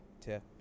tip